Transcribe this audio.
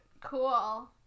Cool